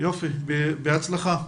בהצלחה.